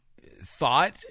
thought